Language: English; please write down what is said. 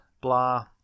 blah